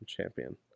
Champion